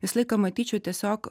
visą laiką matyčiau tiesiog